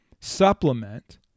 supplement